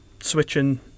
switching